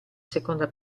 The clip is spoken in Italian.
seconda